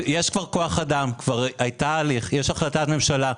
אם יש כבר כוח אדם ויש החלטת ממשלה,